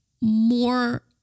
more